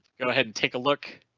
go ahead and take a look.